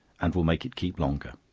and will make it keep longer.